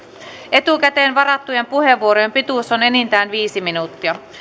etukäteen varattujen puheenvuorojen pituus on enintään viisi minuuttia